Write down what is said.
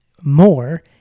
more